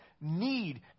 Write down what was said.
need